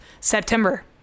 September